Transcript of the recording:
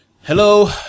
Hello